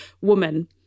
woman